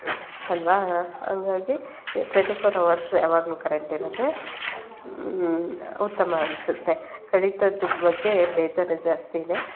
ಅಲ್ವಾ ಹಂಗಾಗಿ twenty four hours ಯಾವಾಗಲೂ ಕರೆಂಟ್ ಇರೋದೇ ಉತ್ತಮ ಅನಿಸುತ್ತೆ ಕಡಿತದ ಬಗ್ಗೆ ಬೇಜಾರು ಜಾಸ್ತಿಯೇ